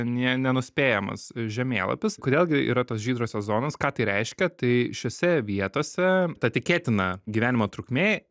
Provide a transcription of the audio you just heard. nie nenuspėjamas žemėlapis kodėl gi yra tos žydrosios zonos ką tai reiškia tai šiose vietose ta tikėtina gyvenimo trukmė